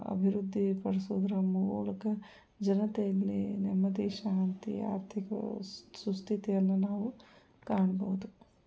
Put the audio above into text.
ಅಭಿವೃದ್ಧಿಪಡ್ಸೋದರ ಮೂಲಕ ಜನತೆಯಲ್ಲಿ ನೆಮ್ಮದಿ ಶಾಂತಿ ಆರ್ಥಿಕ ಸುಸ್ಥಿತಿಯನ್ನ ನಾವು ಕಾಣ್ಬೋದು